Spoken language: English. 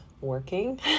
working